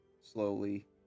slowly